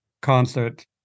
Concert